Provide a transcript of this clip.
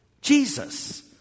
Jesus